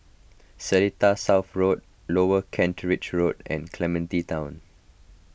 Seletar South Road Lower Kent Ridge Road and Clementi Town